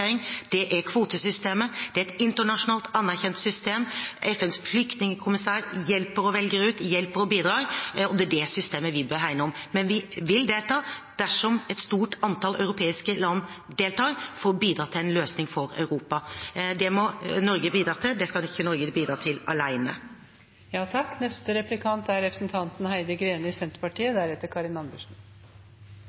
er kvotesystemet. Det er et internasjonalt anerkjent system. FNs høykommissær for flyktninger hjelper og bidrar, bl.a. med å velge ut. Det er det systemet vi bør hegne om. Men vi vil delta dersom et stort antall europeiske land deltar, for å bidra til en løsning for Europa. Det må Norge bidra til, men vi skal ikke bidra til